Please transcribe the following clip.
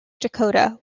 dakota